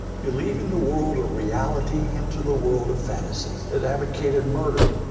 you're leaving the world of reality into the world of fantasy. it advocated murder,